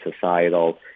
societal